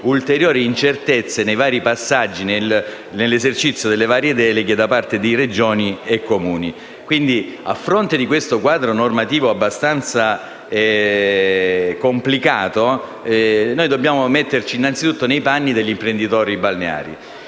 ulteriori incertezze nei vari passaggi e nell'esercizio delle varie deleghe da parte di Regioni e Comuni. A fronte di questo quadro normativo abbastanza complicato, dobbiamo innanzitutto metterci nei panni degli imprenditori balneari,